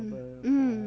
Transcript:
mm